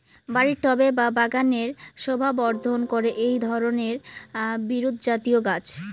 বাড়ির টবে বা বাগানের শোভাবর্ধন করে এই ধরণের বিরুৎজাতীয় গাছ